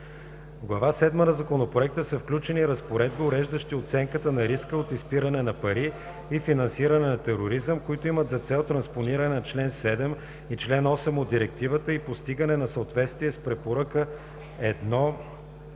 Глава седма на Законопроекта са включени разпоредби, уреждащи оценката на риска от изпиране на пари и финансиране на тероризъм, които имат за цел транспониране на чл. 7 и чл. 8 от Директивата и постигане на съответствие с Препоръка 1.